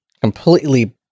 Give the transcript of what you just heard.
completely